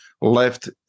left